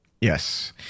yes